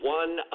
one